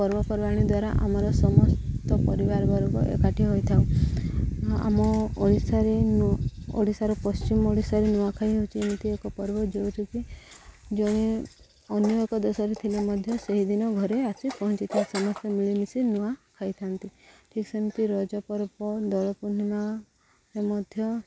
ପର୍ବପର୍ବାଣି ଦ୍ୱାରା ଆମର ସମସ୍ତ ପରିବାର ବର୍ଗ ଏକାଠି ହୋଇଥାଉ ଆମ ଓଡ଼ିଶାରେ ଓଡ଼ିଶାର ପଶ୍ଚିମ ଓଡ଼ିଶାରେ ନୂଆଖାଇ ହେଉଛି ଏମିତି ଏକ ପର୍ବ ଯେଉଁଠିକିି ଜଣେ ଅନ୍ୟ ଏକ ଦେଶରେ ଥିଲେ ମଧ୍ୟ ସେହିଦିନ ଘରେ ଆସି ପହଞ୍ଚିଥାଏ ସମସ୍ତେ ମିଳିମିଶି ନୂଆ ଖାଇଥାନ୍ତି ଠିକ୍ ସେମିତି ରଜ ପର୍ବ ଦୋଳ ପୂର୍ଣ୍ଣିମାରେ ମଧ୍ୟ